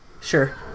Sure